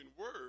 word